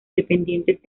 dependientes